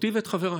אותי ואת חבריי,